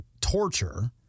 torture